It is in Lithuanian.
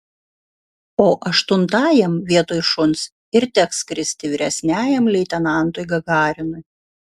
o aštuntajam vietoj šuns ir teks skristi vyresniajam leitenantui gagarinui